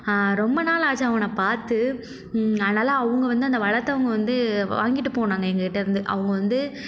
ரொம்ப நாள் ஆச்சு அவனை பார்த்து அதனால் அவங்க வந்து அந்த வளத்தவங்க வந்து வாங்கிகிட்டு போனாங்க எங்ககிட்டேயிருந்து அவங்க வந்து